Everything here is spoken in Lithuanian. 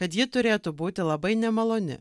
kad ji turėtų būti labai nemaloni